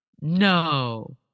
No